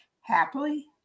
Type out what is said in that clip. happily